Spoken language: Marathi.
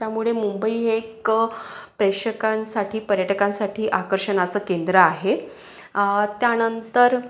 त्यामुळे मुंबई हे एक प्रेक्षकांसाठी पर्यटकांसाठी आकर्षणाचं केंद्र आहे त्यानंतर